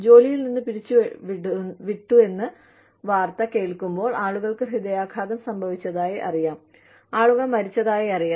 ജോലിയിൽ നിന്ന് പിരിച്ചുവിട്ടുവെന്ന വാർത്ത കേൾക്കുമ്പോൾ ആളുകൾക്ക് ഹൃദയാഘാതം സംഭവിച്ചതായി അറിയാം ആളുകൾ മരിച്ചതായി അറിയാം